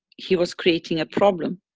he was creating a problem.